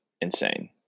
insane